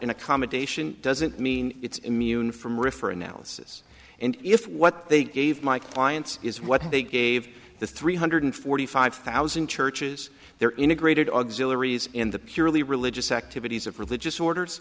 an accommodation doesn't mean it's immune from riff or analysis and if what they gave my clients is what they gave the three hundred forty five thousand churches their integrated auxiliary is in the purely religious activities of religious orders